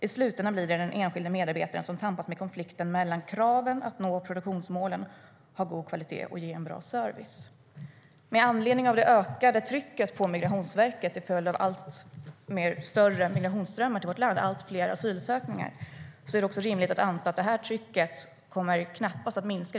I slutändan blir det den enskilda medarbetaren som tampas med konflikten mellan kraven att nå produktionsmålen, att ha god kvalitet och att ge en bra service. Med anledning av det ökade trycket på Migrationsverket till följd av allt större migrationsströmmar till vårt land och allt fler asylansökningar är det rimligt att anta att trycket knappast kommer att minska.